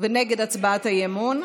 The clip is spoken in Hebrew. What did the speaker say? ונגד הצעת האי-אמון,